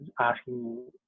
asking